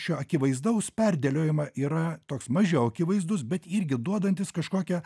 šio akivaizdaus perdėliojima yra toks mažiau akivaizdus bet irgi duodantis kažkokią